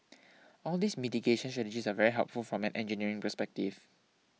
all these mitigation strategies are very helpful from an engineering perspective